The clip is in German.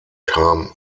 kam